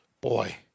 boy